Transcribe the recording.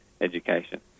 education